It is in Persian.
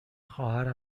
خواهر